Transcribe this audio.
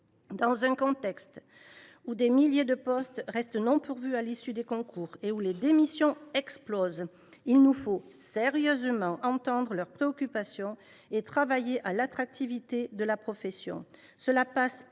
Dans un contexte où des milliers de postes restent non pourvus à l’issue des concours et où les démissions explosent, il nous faut sérieusement entendre leurs préoccupations et travailler à l’attractivité de la profession. Cela passe en